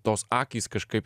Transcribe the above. tos akys kažkaip